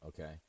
Okay